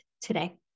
today